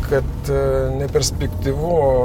kad neperspektyvu